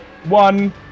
One